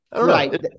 Right